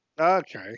Okay